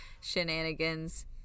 shenanigans